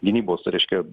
gynybos reiškia